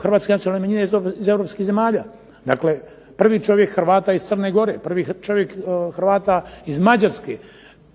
hrvatske nacionalne manjine iz europskih zemalja. Dakle, prvi čovjek Hrvata iz Crne Gore, prvi čovjek Hrvata iz Mađarske,